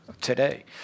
today